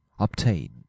Obtain